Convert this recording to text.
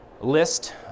list